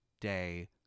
day